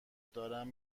دارم